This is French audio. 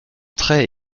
trait